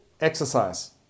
exercise